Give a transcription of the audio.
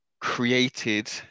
created